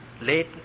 late